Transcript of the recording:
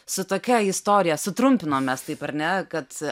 su tokia istorija sutrumpino mes taip ar ne kad